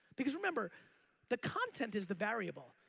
because remember the content is the variable,